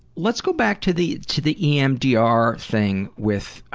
let's go back to the to the emdr thing with